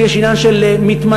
אם יש עניין של מטמנות,